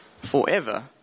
forever